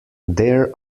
there